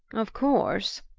of course,